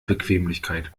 bequemlichkeit